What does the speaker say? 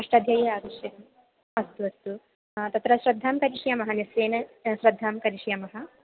अष्टाध्यायी आवश्यकम् अस्तु अस्तु तत्र श्रद्धां करिष्यामः निश्चयेन श्रद्धां करिष्यामः